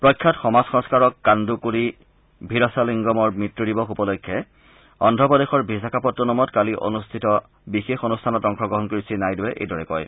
প্ৰখ্যাত সমাজ সংস্কাৰক কান্দুকুড়ি ভিৰাছালিংগমৰ মৃত্যু দিৱস উপলক্ষে অন্ধপ্ৰদেশৰ বিশাখাপট্টনমত কালি আয়োজিত বিশেষ অনুষ্ঠানত অংশগ্ৰহণ কৰি শ্ৰীনাইডুৰে এইদৰে কয়